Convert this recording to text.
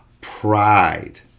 pride